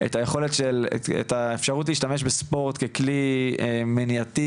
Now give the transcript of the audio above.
את האפשרות להשתמש בספורט ככלי מניעתי,